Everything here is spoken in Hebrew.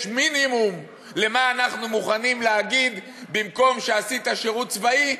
יש מינימום למה אנחנו מוכנים להגיד במקום שעשית שירות צבאי,